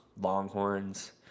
Longhorns